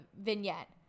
vignette